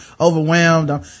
overwhelmed